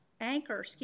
anchor